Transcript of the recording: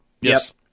Yes